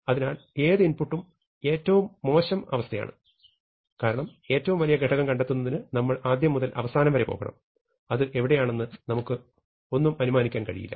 അതിനാൽ ഏത് ഇൻപുട്ടും ഏറ്റവും മോശം അവസ്ഥ യാണ് കാരണം ഏറ്റവും വലിയ ഘടകം കണ്ടെത്തുന്നതിന് നമ്മൾ ആദ്യം മുതൽ അവസാനം വരെ പോകണം അത് എവിടെയാണെന്ന് നമുക്ക് ഒന്നും അനുമാനിക്കാൻ കഴിയില്ല